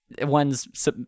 one's